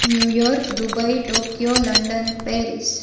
New York Dubai Tokyo London Paris